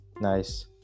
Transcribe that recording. Nice